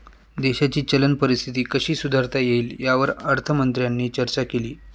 देशाची चलन परिस्थिती कशी सुधारता येईल, यावर अर्थमंत्र्यांनी चर्चा केली